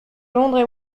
londres